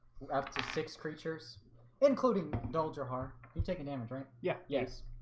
to six creatures including dolger heart you take a damage drink. yeah, yes